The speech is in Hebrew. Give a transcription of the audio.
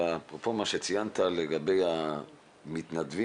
אפרופו מה שציינת לגבי המתנדבים,